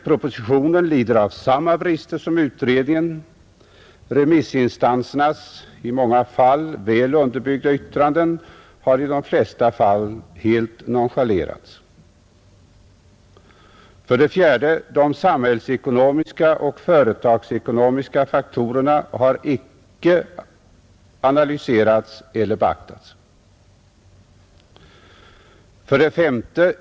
Propositionen lider av samma brister som utredningen. Remissinstansernas i många fall väl underbyggda yttranden har i de flesta fall helt nonchalerats. 4, De samhällsekonomiska och företagsekonomiska faktorerna har icke analyserats eller beaktats. 5.